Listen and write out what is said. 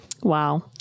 Wow